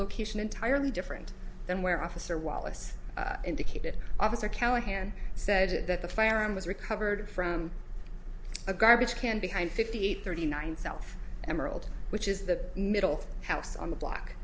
location entirely different than where officer wallace indicated officer callahan said that the firearm was recovered from a garbage can behind fifty eight thirty nine self emerald which is the middle house on the block